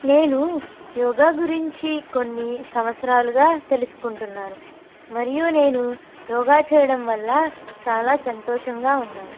నేను యోగ గురించి కొన్ని సంవత్సరాలుగా తెలుసుకుంటున్నాను మరియు నేను యోగా చేయడం వల్ల చాలా సంతోషంగా ఉన్నాను